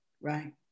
Right